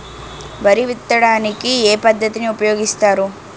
వరి విత్తడానికి ఏ పద్ధతిని ఉపయోగిస్తారు?